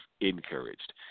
encouraged